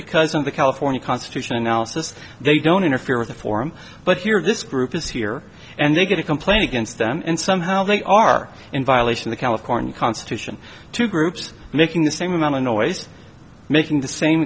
because in the california constitution analysis they don't interfere with the form but here this group is here and they get a complaint against them and somehow they are in violation of the california constitution two groups making the same amount of noise making the same